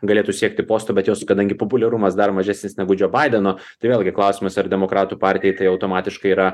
galėtų siekti postų bet jos kadangi populiarumas dar mažesnis negu džo baideno tai vėlgi klausimas ar demokratų partijai tai automatiškai yra